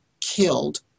killed